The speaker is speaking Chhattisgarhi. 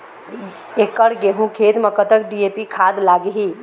एकड़ गेहूं खेत म कतक डी.ए.पी खाद लाग ही?